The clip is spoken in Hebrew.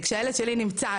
כשהילד שלי נמצא,